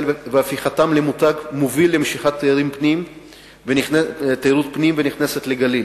והפיכתם למותג מוביל למשיכת תיירת ונכנסת לגליל.